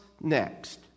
next